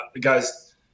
guys